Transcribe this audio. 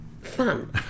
fun